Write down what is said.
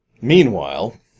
Meanwhile